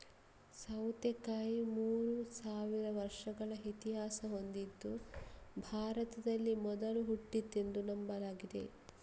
ಸೌತೆಕಾಯಿ ಮೂರು ಸಾವಿರ ವರ್ಷಗಳ ಇತಿಹಾಸ ಹೊಂದಿದ್ದು ಭಾರತದಲ್ಲಿ ಮೊದಲು ಹುಟ್ಟಿದ್ದೆಂದು ನಂಬಲಾಗಿದೆ